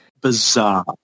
bizarre